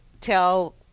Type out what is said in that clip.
tell